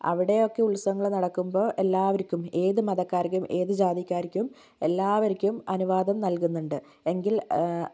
അവിടെയൊക്കെ ഉൽസവങ്ങൾ നടക്കുമ്പോൾ ഏത് മതക്കാർക്കും ഏത് ജാതിക്കാർക്കും എല്ലാവർക്കും അനുവാദം നൽകുന്നുണ്ട് എങ്കിൽ